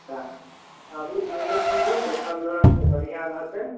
तऽ आबू घुमू फिरू देखल रहत तऽ बढ़िआँ रहतय